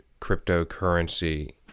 cryptocurrency